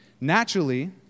naturally